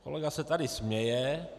Kolega se tady směje.